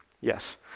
Yes